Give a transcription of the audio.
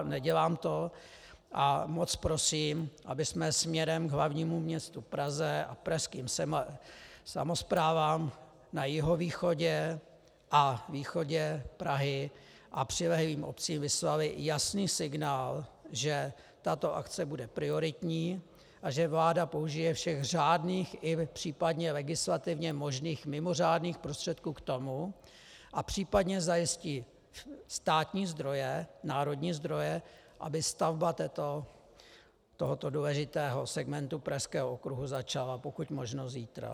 Nedělám to a moc prosím, abychom směrem k hl. m. Praze a k pražským samosprávám na jihovýchodě a východě Prahy a přilehlým obcím vyslali jasný signál, že tato akce bude prioritní a že vláda použije všech řádných i případně legislativně možných mimořádných prostředků k tomu a případně zajistí státní zdroje, národní zdroje, aby stavba tohoto důležitého segmentu Pražského okruhu začala pokud možno zítra.